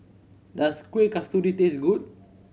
does Kuih Kasturi taste good